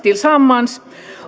tillsammans